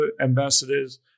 ambassadors